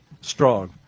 strong